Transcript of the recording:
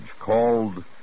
called